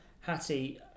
Hattie